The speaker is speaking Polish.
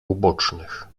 ubocznych